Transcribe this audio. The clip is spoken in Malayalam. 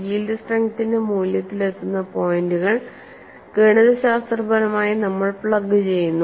യീൽഡ് സ്ട്രെങ്ത്തിന്റെ മൂല്യത്തിലെത്തുന്ന പോയിന്റുകൾ ഗണിതശാസ്ത്രപരമായി നമ്മൾ പ്ലഗ് ചെയ്യുന്നു